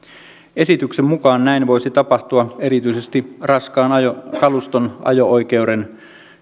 esityksen mukaan näin voisi tapahtua erityisesti raskaan kaluston ajo oikeuden